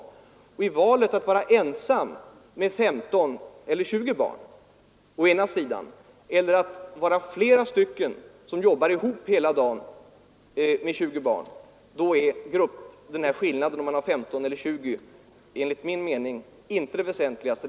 I valet mellan å ena sidan att vara ensam med 15 eller 20 barn och å andra sidan vara flera som hela tiden jobbar ihop under dagen med 20 barn är skillnaden mellan 15 och 20 barn inte det väsentligaste.